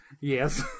Yes